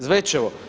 Zvečevo?